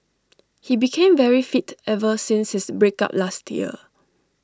he became very fit ever since his break up last year